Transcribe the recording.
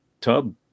tub